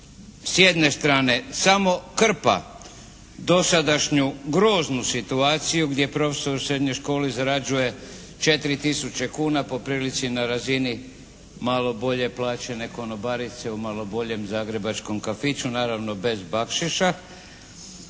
s jedne strane samo krpa dosadašnju groznu situaciju gdje profesor u srednjoj školi zarađuje 4 tisuće kuna po prilici na razini malo bolje plaćene konobarice u malo boljem zagrebačkom kafiću, naravno bez bakšiša.